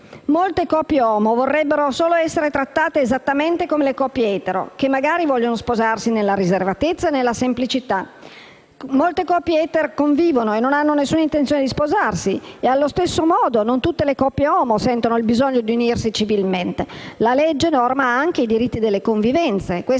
Molte coppie «omo» vorrebbero essere trattate esattamente come le coppie «etero», che magari vogliono sposarsi nella riservatezza, nella semplicità. Molte coppie «etero» convivono e non hanno nessuna intenzione di sposarsi e, allo stesso modo, non tutte le coppie «omo» sentono il bisogno di unirsi civilmente. La legge norma anche i diritti delle convivenze